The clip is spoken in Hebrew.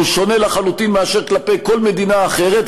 שהוא שונה לחלוטין מאשר כלפי כל מדינה אחרת,